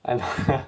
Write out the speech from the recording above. ah lah